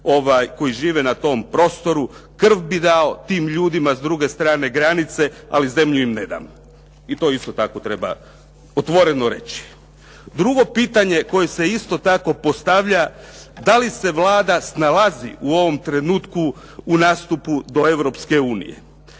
koji žive na tom prostoru. Krv bih dao tim ljudima s druge strane granice, ali zemlju im ne dam. I to isto tako treba otvoreno reći. Drugo pitanje koje se isto tako postavlja, da li se Vlada snalazi u ovom trenutku u nastupu do Europske unije?